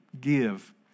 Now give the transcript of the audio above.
give